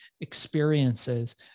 experiences